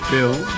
Bill